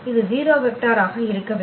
இது 0 வெக்டராக இருக்க வேண்டும்